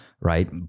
right